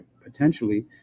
potentially